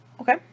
Okay